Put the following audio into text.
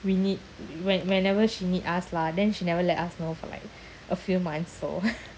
we need when~ whenever she need us lah then she never let us know for like a few months so